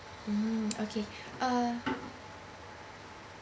mm okay uh